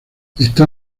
está